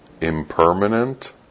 impermanent